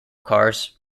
cars